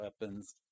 weapons